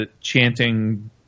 chanting